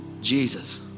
Jesus